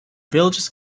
villages